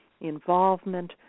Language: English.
involvement